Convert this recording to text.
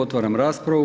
Otvaram raspravu.